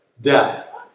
death